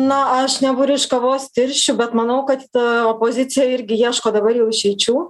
na aš neburiu iš kavos tirščių bet manau kad ta opozicija irgi ieško dabar jau išeičių